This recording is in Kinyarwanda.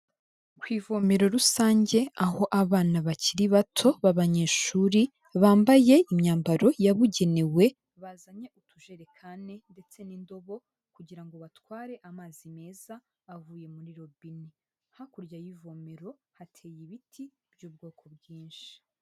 Ku ivomero rusange aho abana bakiri bato b'abanyeshuri bambaye imyambaro yabugenewe bazanye utujerekani ndetse n'indobo kugira ngo batware amazi meza avuye muri robine, hakurya y'ivomero hateye ibiti by'ubwoko bwinshi.